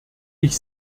ich